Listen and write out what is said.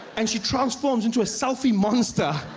and she transforms into a selfie monster.